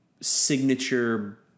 signature